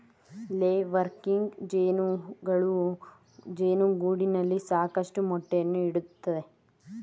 ಲೇ ವರ್ಕಿಂಗ್ ಜೇನುಗಳು ಜೇನುಗೂಡಿನಲ್ಲಿ ಸಾಕಷ್ಟು ಮೊಟ್ಟೆಯನ್ನು ಇಡುತ್ತವೆ